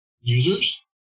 users